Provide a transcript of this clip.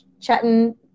chatting